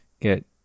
get